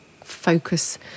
focus